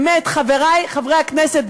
חברי חברי הכנסת,